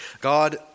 God